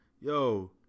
Yo